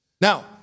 Now